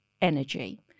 energy